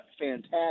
fantastic